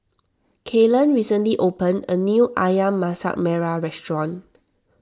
Kaylen recently opened a new Ayam Masak Merah Restaurant